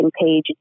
page